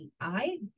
AI